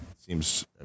seems